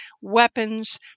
weapons